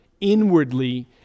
inwardly